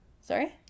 Sorry